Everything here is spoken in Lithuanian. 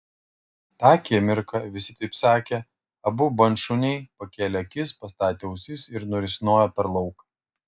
tą akimirką visi taip sakė abu bandšuniai pakėlė akis pastatė ausis ir nurisnojo per lauką